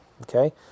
okay